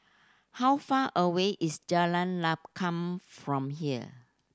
how far away is Jalan from here